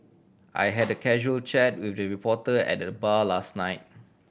I had a casual chat with the reporter at the bar last night